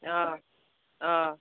অঁ অঁ